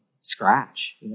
scratch